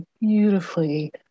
beautifully